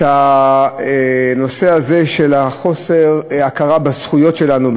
את הנושא הזה של חוסר ההכרה בזכויות שלנו,